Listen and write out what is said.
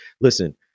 Listen